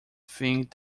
think